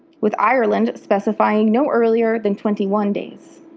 with ireland specifying no earlier than twenty one days.